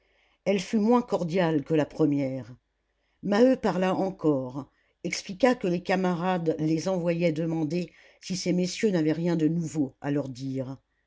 elle fut moins cordiale que la première maheu parla encore expliqua que les camarades les envoyaient demander si ces messieurs n'avaient rien de nouveau à leur dire